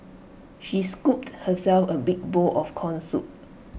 she scooped herself A big bowl of Corn Soup